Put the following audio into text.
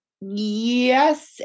Yes